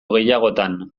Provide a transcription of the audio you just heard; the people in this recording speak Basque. gehiagotan